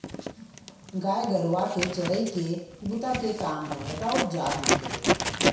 गाय गरुवा के चरई के बूता के काम ह राउत जात मन के रहिथे